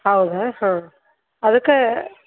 ಹೌದಾ ಹಾಂ ಅದಕ್ಕೆ